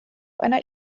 einer